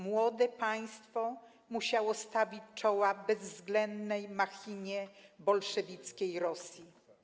Młode państwo musiało stawić czoła bezwzględnej machinie bolszewickiej Rosji.